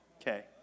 Okay